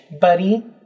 buddy